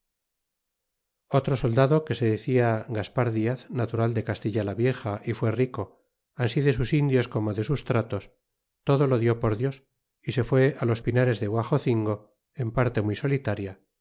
otro soldado que se decia gaspar diaz natural de castilla la vieja y fué rico ansí de sus indios como de sus tratos todo lo dió por dios y se fué los pinares de guaxocingo en parte muy solitaria